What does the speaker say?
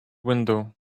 window